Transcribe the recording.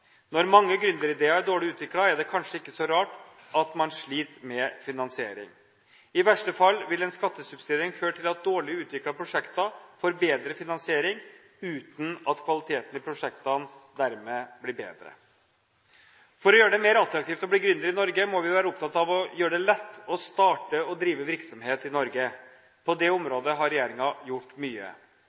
Når mange gründerideer er dårlig utviklet, er det kanskje ikke så rart at man sliter med finansiering. I verste fall vil en skattesubsidiering føre til at dårlig utviklede prosjekter får bedre finansiering, uten at kvaliteten i prosjektene dermed blir bedre. For å gjøre det mer attraktivt å bli gründer i Norge må vi være opptatt av å gjøre det lett å starte og å drive virksomhet i Norge. På det området har regjeringen gjort mye.